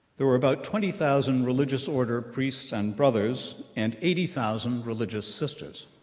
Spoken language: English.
there were about twenty thousand religious order priests and brothers and eighty thousand religious sisters,